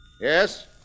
Yes